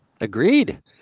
Agreed